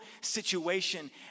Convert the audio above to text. situation